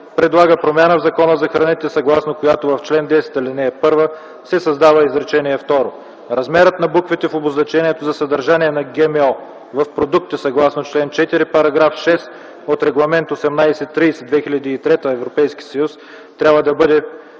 предлага промяна в Закона за храните, съгласно която в чл. 10, ал.1 се създава изречение второ: „Размерът на буквите в обозначението за съдържание на ГМО в продукти, съгласно чл. 4, § 6 от Регламент 1830/2003/ЕС, трябва да бъде